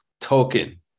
token